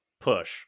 push